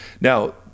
Now